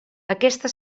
aquesta